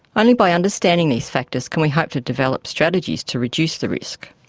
only by understanding these factors can we hope to develop strategies to reduce the risk.